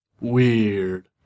Weird